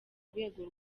urwego